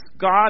God